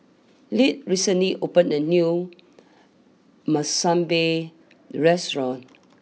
Leah recently opened a new Monsunabe restaurant